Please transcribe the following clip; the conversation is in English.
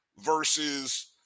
versus